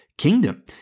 kingdom